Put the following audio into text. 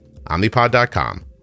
Omnipod.com